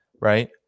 right